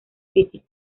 física